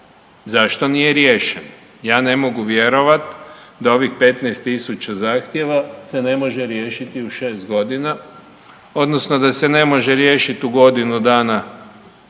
zašto nije riješen. Ja ne mogu vjerovat da ovih 15.000 zahtjeva se ne može riješiti u 6.g. odnosno da se ne može riješit u godinu dana,